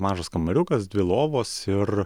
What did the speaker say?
mažas kambariukas dvi lovos ir